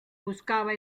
buscaba